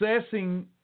assessing